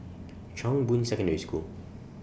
Chong Boon Secondary School